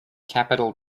capital